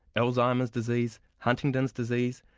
alzheimer's disease, huntingdon's disease,